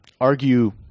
argue